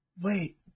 Wait